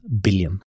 billion